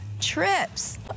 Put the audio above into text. trips